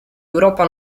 europa